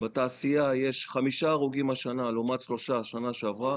בתעשייה יש השנה חמישה הרוגים לעומת שלושה בשנה שעברה,